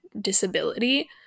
disability